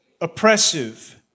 oppressive